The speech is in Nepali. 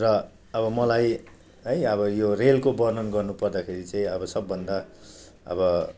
र अब मलाई है अब यो रेलको वर्णन गर्नुपर्दाखेरि चाहिँ अब सबभन्दा अब